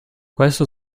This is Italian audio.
questo